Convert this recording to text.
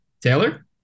Taylor